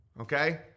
okay